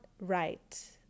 right